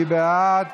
מי בעד?